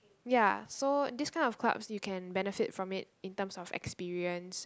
ya so these kind of clubs you can benefit from it in terms of experience